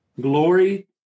Glory